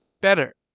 better